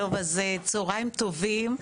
צהריים טובים.